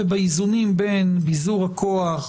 ובאיזונים בין ביזור הכוח,